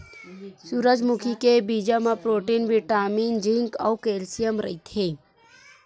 सूरजमुखी के बीजा म प्रोटीन, बिटामिन, जिंक अउ केल्सियम रहिथे